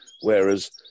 Whereas